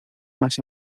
más